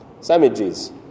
Sandwiches